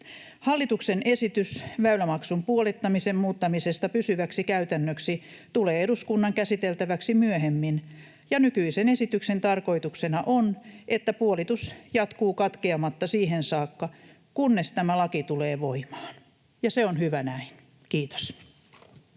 Hallituksen esitys väylämaksun puolittamisen muuttamisesta pysyväksi käytännöksi tulee eduskunnan käsiteltäväksi myöhemmin, ja nykyisen esityksen tarkoituksena on, että puolitus jatkuu katkeamatta siihen saakka, kunnes tämä laki tulee voimaan. Ja se on hyvä näin. — Kiitos.